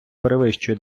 перевищує